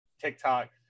TikTok